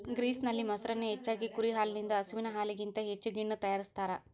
ಗ್ರೀಸ್ನಲ್ಲಿ, ಮೊಸರನ್ನು ಹೆಚ್ಚಾಗಿ ಕುರಿ ಹಾಲಿನಿಂದ ಹಸುವಿನ ಹಾಲಿಗಿಂತ ಹೆಚ್ಚು ಗಿಣ್ಣು ತಯಾರಿಸ್ತಾರ